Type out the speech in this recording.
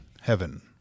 heaven